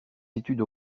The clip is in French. études